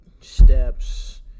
steps